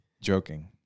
Joking